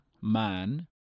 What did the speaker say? man